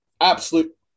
Absolute